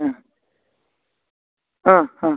അ ആ ആ